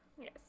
Yes